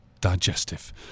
digestive